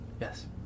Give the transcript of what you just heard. Yes